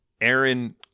Aaron